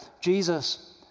Jesus